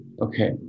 Okay